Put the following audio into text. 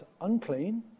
unclean